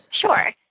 Sure